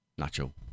Nacho